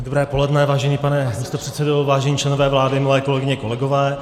Dobré poledne, vážený pane místopředsedo, vážení členové vlády, milé kolegyně, kolegové.